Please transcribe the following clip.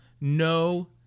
no